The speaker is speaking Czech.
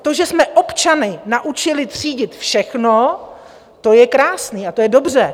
To, že jsme občany naučili třídit všechno, to je krásné a to je dobře.